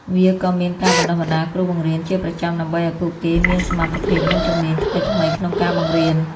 វាក៏មានការ បណ្តុះបណ្តាលគ្រូបង្រៀន ជាប្រចាំដើម្បីឱ្យពួកគេមានសមត្ថភាព និងជំនាញថ្មីៗក្នុងការបង្រៀន។